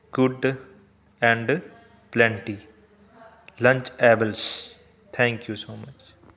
good and plenty Lunchables thank you so much